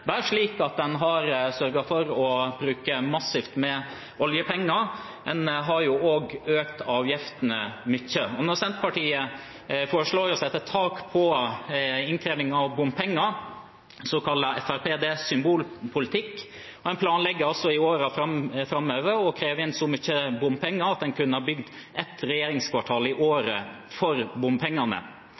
har sørget for å bruke massivt med oljepenger, man har også økt avgiftene mye. Når Senterpartiet foreslår å sette tak på innkreving av bompenger, kaller Fremskrittspartiet det symbolpolitikk. Man planlegger i årene framover å kreve inn så mye bompenger at man kunne bygd ett regjeringskvartal i året for bompengene.